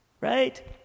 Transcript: Right